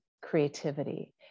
creativity